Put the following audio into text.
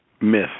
Myth